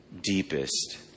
deepest